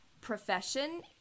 profession